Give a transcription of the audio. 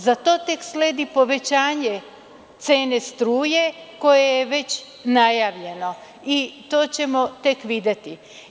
Za to tek sledi povećanje cene struje koje je već najavljeno, i to ćemo tek videti.